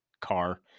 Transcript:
car